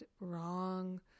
wrong